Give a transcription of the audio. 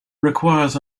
requires